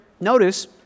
Notice